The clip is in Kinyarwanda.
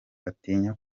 atinya